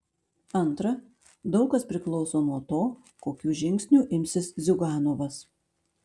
antra daug kas priklauso nuo to kokių žingsnių imsis ziuganovas